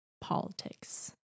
politics